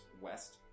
west